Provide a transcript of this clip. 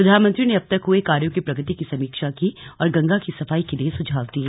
प्रधानमंत्री ने अब तक हुए कार्यों की प्रगति की समीक्षा की और गंगा की सफाई के लिए सुझाव दिये